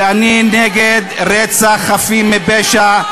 ואני נגד רצח חפים מפשע.